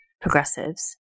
progressives